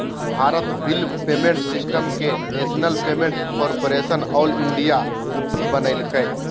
Bharat bill payment system के national payments corporation of India बनैल्कैय